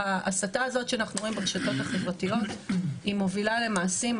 ההסתה הזאת שאנחנו רואים ברשתות החברתיות היא מובילה למעשים.